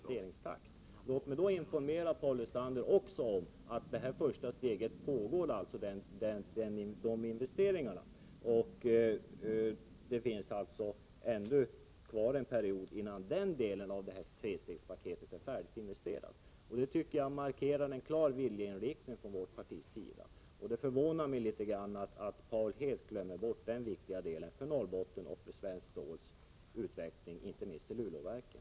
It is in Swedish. Låt mig därför också informera Paul Lestander om att det här första steget pågår. Det återstår alltså en period innan den delen av det här trestegspaketet är färdiginvesterad. Det tycker jag markerar en klar viljeinriktning från vårt partis sida. Det förvånar mig litet grand att Paul Lestander helt förbigår den viktiga delen för Norrbotten och för SSAB:s utveckling inte minst i fråga om Luleåverken.